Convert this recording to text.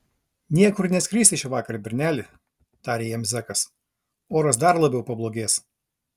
niekur neskrisi šįvakar berneli tarė jam zekas oras dar labiau pablogės